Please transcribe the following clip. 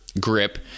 grip